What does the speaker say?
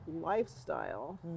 lifestyle